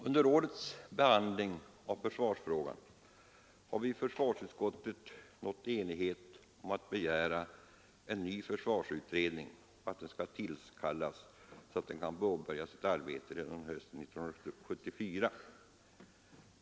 Under årets behandling av försvarsfrågan har vi i försvarsutskottet nått enighet om att begära att en ny försvarsutredning skall tillkallas så att den kan påbörja sitt arbete redan under hösten 1974.